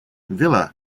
ville